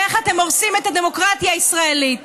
ואיך אתם הורסים את הדמוקרטיה הישראלית,